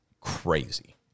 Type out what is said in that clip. crazy